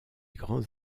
grands